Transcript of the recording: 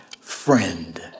friend